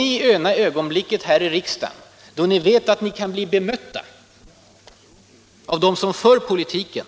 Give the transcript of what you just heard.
I ena ögonblicket, då ni vet att ni kan bli bemötta av dem som för politiken,